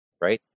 right